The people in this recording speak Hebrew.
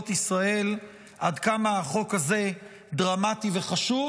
ישראל עד כמה החוק הזה דרמטי וחשוב,